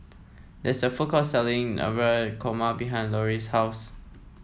there is a food court selling Navratan Korma behind Lori's house